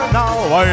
now